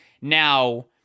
Now